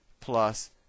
plus